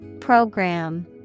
Program